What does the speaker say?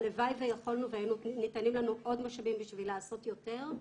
הלוואי ויכולנו והיו ניתנים לנו עוד משאבים בשביל לעשות יותר,